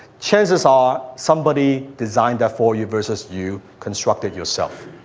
chances are somebody designed that for you versus you constructed yourself.